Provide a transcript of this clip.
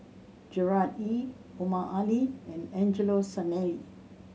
Gerard Ee Omar Ali and Angelo Sanelli